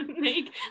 make